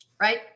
Right